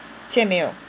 现在没有